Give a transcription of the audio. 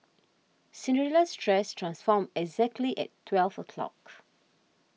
Cinderella's dress transformed exactly at twelve o'clock